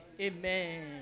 Amen